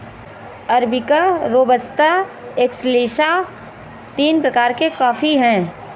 arabica robusta excelsa तीन प्रकार के कॉफी हैं